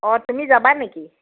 অঁ তুমি যাবা নেকি